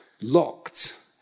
locked